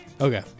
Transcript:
okay